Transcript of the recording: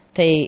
Thì